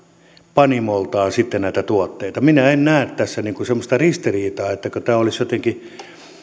panimoltaan näitä tuotteita minä en en näe tässä semmoista ristiriitaa että tämä olisi jotenkin